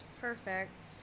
Perfect